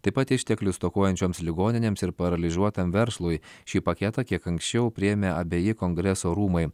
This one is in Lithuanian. taip pat išteklių stokojančioms ligoninėms ir paralyžiuotam verslui šį paketą kiek anksčiau priėmė abeji kongreso rūmai